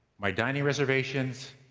my dining reservations,